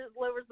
lowers